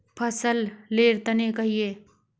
फसल लेर तने कहिए?